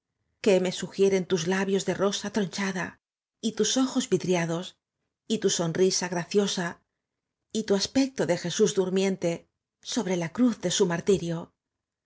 m e sugieren tus labios de rosa t r o n c h a da y tus ojos v i d r i a d o s y tu sonrisa graciosa y tu a s p e c t o de jesús durmiente sobre la cruz de su martirio